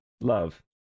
love